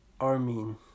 Armin